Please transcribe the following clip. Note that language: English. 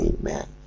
Amen